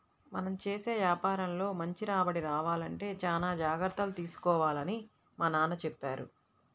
మనం చేసే యాపారంలో మంచి రాబడి రావాలంటే చానా జాగర్తలు తీసుకోవాలని మా నాన్న చెప్పారు